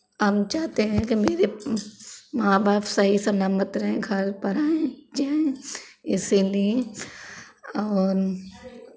हम चाहते हैं कि मेरे माँ बाप सही सलामत रहें घर पर आएँ जाऍं इसीलिए और